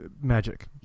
magic